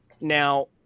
now